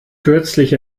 kürzlich